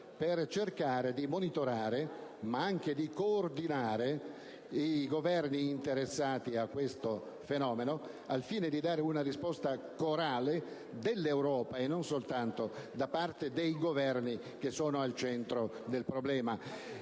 per cercare di monitorare, ma anche di coordinare, i Governi interessati a questo fenomeno al fine di dare una risposta corale dell'Europa, e non soltanto da parte dei Governi che sono al centro del problema.